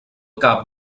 cap